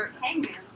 hangman